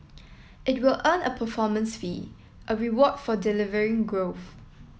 it will earn a performance fee a reward for delivering growth